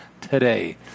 today